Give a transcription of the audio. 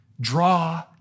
Draw